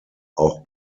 auch